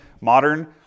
modern